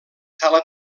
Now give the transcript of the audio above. sala